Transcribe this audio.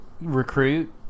recruit